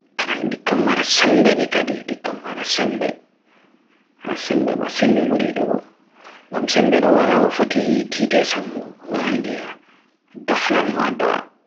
Sendurgo ha yiide naudum amma munyal on manga, o accha numugo o tefa debbo fere.